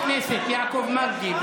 אתם הבאתם נציג,